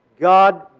God